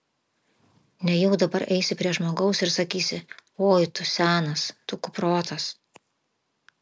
nejau dabar eisi prie žmogaus ir sakysi oi tu senas tu kuprotas